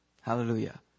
Hallelujah